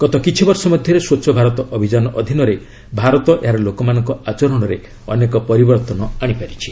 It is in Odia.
ଗତ କିଛିବର୍ଷ ମଧ୍ୟରେ ସ୍ପଚ୍ଛ ଭାରତ ଅଭିଯାନ ଅଧୀନରେ ଭାରତ ଏହାର ଲୋକମାନଙ୍କ ଆଚରଣରେ ଅନେକ ପରିବର୍ତ୍ତନ ଆଣିପାରିଛି